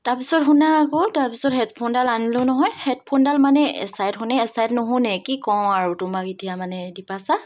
তাৰপাছত শুনা আকৌ তাৰপাছত হেডফোনডাল আনিলোঁ নহয় হেডফোনডাল মানে এছাইড শুনি এছাইড নুশুনে কি কওঁ আৰু তোমাক এতিয়া মানে দ্ৱীপাশা